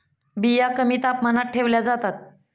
बिया कमी तापमानात ठेवल्या जातात